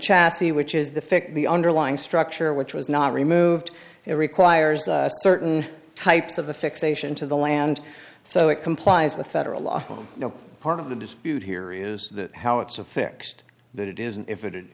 chassis which is the fiqh the underlying structure which was not removed it requires certain types of the fixation to the land so it complies with federal law no part of the dispute here is that how it's a fixed that it is and if